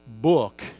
book